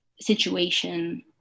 situation